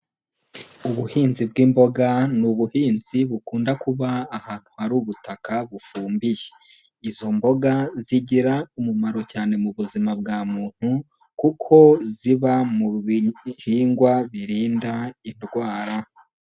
Ubuhinzi bw'imboga ni ubuhinzi bukunda kuba ahantu hari ubutaka bufumbiye, izo mboga zigira umumaro cyane mu buzima bwa muntu, kuko ziba mu bihingwa birinda indwara.